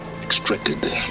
...extracted